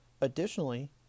Additionally